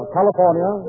California